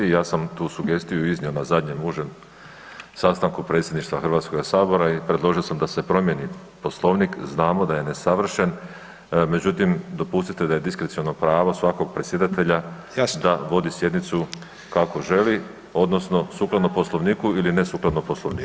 Ja sam tu sugestiju iznio na zadnjem užem sastanku Predsjedništva Hrvatskoga sabora i predložio sam da se promijeni Poslovnik, znamo da je nesavršen, međutim, dopustite da je diskreciono pravo svakog predsjedatelja da vodi sjednicu kako želi, odnosno sukladno Poslovniku ili nesukladno Poslovniku.